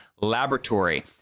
Laboratory